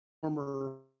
former